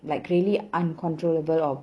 like really uncontrollable or